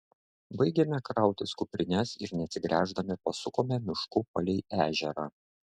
baigėme krautis kuprines ir neatsigręždami pasukome mišku palei ežerą